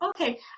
okay